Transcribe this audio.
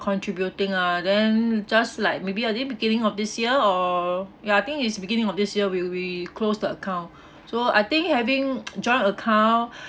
contributing ah then just like maybe I think beginning of this year or ya I think is beginning of this year will be closed the account so I think having joint account